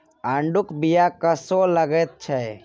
आड़ूक बीया कस्सो लगैत छै